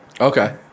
okay